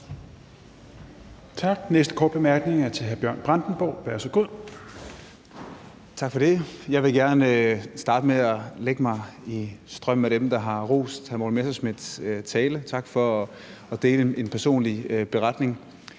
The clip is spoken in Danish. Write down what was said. Tak. Den næste korte bemærkning er til hr. Bjørn Brandenborg. Værsgo. Kl. 16:49 Bjørn Brandenborg (S): Tak for det. Jeg vil gerne starte med at lægge mig i strømmen af dem, der har rost hr. Morten Messerschmidts tale. Tak for at dele en personlig beretning.